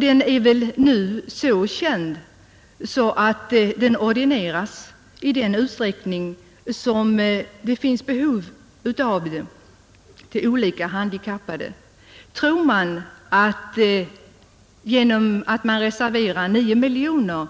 Den är väl nu så känd att den ordineras till olika handikappade i den utsträckning som det finns behov av den. Tror man att det genom att man reserverar 9 miljoner